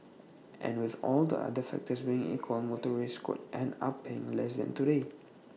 and with all the other factors being equal motorists could end up paying less than today